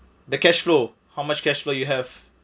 the cash flow how much cash flow you have